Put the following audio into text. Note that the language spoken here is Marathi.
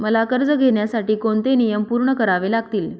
मला कर्ज घेण्यासाठी कोणते नियम पूर्ण करावे लागतील?